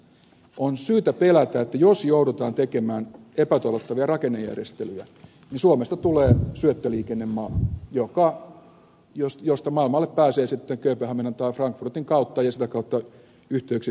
on syytä pelätä että jos joudutaan tekemään epätoivottavia rakennejärjestelyjä niin suomesta tulee syöttöliikennemaa josta maailmalle pääsee sitten kööpenhaminan tai frankfurtin kautta ja sitä kautta yhteyksiin menevä aika lisääntyy